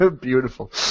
Beautiful